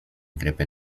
grypy